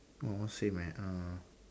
oh all same man err